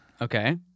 Okay